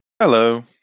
Hello